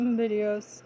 videos